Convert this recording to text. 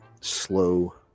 slow